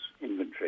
Inventory